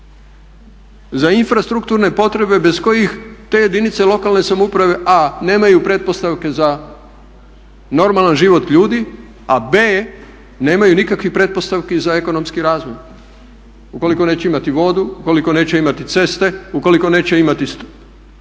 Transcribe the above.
za infrastrukturne potrebe bez kojih te jedinice lokalne samouprave a) nemaju pretpostavke za normalan život ljudi, a b) nemaju nikakvih pretpostavki za ekonomski razvoj, ukoliko neće imati vodu, ukoliko neće imati ceste, ukoliko neće imati struju